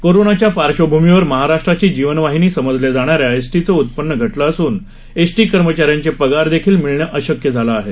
कोरोनाच्या पार्श्वभूमीवर महाराष्ट्राची जीवनवाहिनी समजल्या जाणाऱ्या एसटीचं उत्पन्न घटलं असून एसटी कर्मचाऱ्यांचे पगार देखील मिळणे अशक्य झालं आहे